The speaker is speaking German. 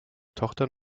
tochter